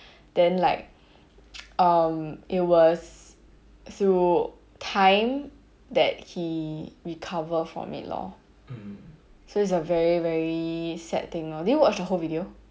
then like um it was through time that he recover from it lor so it's a very very sad thing did you watch the whole video